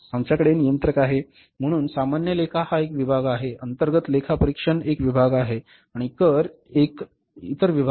आमच्याकडे नियंत्रक आहे म्हणून सामान्य लेखा हा एक विभाग आहे अंतर्गत लेखापरीक्षण एक विभाग आहे आणि कर इतर विभाग आहे